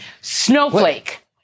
Snowflake